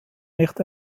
nicht